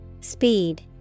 Speed